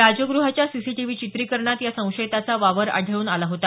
राजगुहाच्या CCTV चित्रीकरणात या संशयिताचा वावर आढळून आला होता